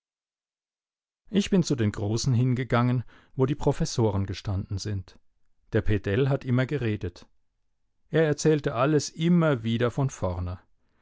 ich bin zu den großen hingegangen wo die professoren gestanden sind der pedell hat immer geredet er erzählte alles immer wieder von vorne